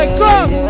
come